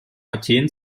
athen